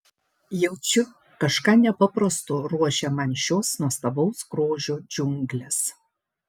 jaučiu kažką nepaprasto ruošia man šios nuostabaus grožio džiunglės